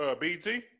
BT